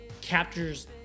captures